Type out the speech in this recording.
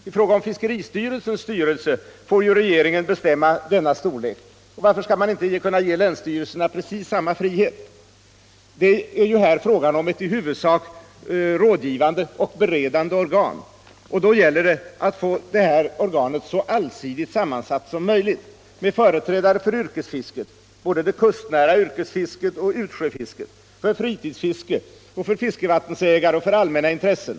När det gäller fiskeristyrelsens styrelse får ju regeringen bestämma storleken. Varför skall man inte kunna ge länsstyrelserna samma frihet? Här är det ju fråga om ett i huvudsak rådgivande och beredande organ, och då gäller det att få detta organ så allsidigt sammansatt som möjligt med företrädare för såväl yrkesfisket — både det kustnära yrkesfisket och utsjöfisket — som fritidsfisket, fiskevattenägare och allmänna intressen.